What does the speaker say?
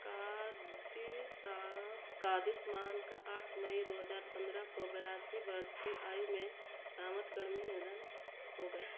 कादिश साफ कादिशमान का आठ मई दो हज़ार पंद्रह को बयासी वर्ष की आयु में में निधन हो गया